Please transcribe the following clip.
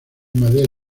madera